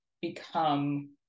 become